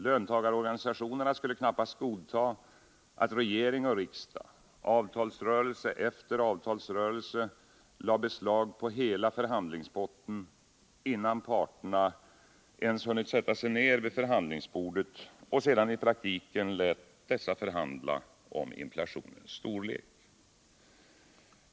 Löntagarorganisationerna skulle knappast godta att regering och riksdag avtalsrörelse efter avtalsrörelse lade beslag på hela förhandlingspotten innan parterna ens hunnit sätta sig ned vid förhandlingsbordet och sedan i praktiken lät dessa förhandla om inflationens storlek.